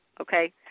okay